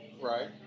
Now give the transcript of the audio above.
Right